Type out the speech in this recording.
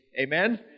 Amen